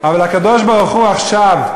אבל הקדוש-ברוך-הוא עכשיו,